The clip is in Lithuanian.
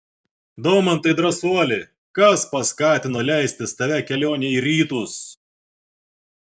daumantai drąsuoli kas paskatino leistis tave kelionei į rytus